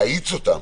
להאיץ אותן,